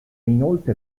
inoltre